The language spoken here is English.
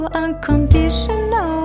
unconditional